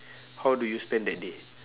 how do you spend that day